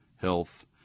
Health